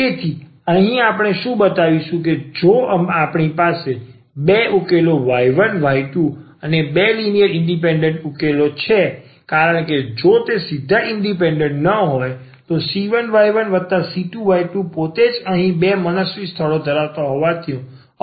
તેથી આપણે અહીં શું બતાવીશું કે જો આપણી પાસે બે ઉકેલો y1y2 અને બે લિનિયર ઇન્ડિપેન્ડન્ટ ઉકેલો છે કારણ કે જો તેઓ સીધા ઇન્ડિપેન્ડન્ટ ન હોય તો c1y1c2y2પોતે જ અહીં બે મનસ્વી સ્થળો ધરાવતા હોવાનો અર્થ નથી